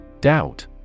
Doubt